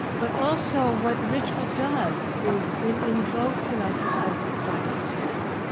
but also, what ritual does is it invokes in us a sense of timelessness.